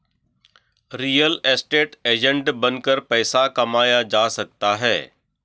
real estate agent बनकर पैसा कमाया जा सकता है